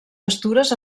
pastures